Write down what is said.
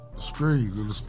screen